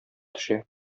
төшә